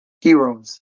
heroes